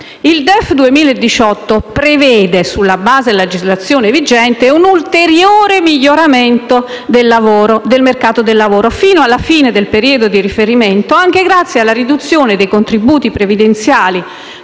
Il DEF 2018 prevede, sulla base della legislazione vigente, un ulteriore miglioramento del mercato del lavoro fino alla fine del periodo di riferimento anche grazie alla riduzione dei contributi previdenziali,